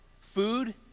Food